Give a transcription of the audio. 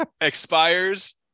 Expires